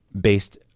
based